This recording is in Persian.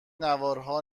نوارها